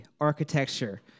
architecture